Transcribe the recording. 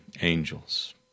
angels